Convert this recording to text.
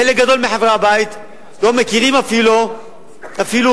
חלק גדול מחברי הבית לא מכירים אפילו את